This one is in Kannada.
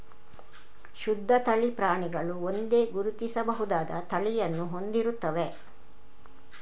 ಶುದ್ಧ ತಳಿ ಪ್ರಾಣಿಗಳು ಒಂದೇ, ಗುರುತಿಸಬಹುದಾದ ತಳಿಯನ್ನು ಹೊಂದಿರುತ್ತವೆ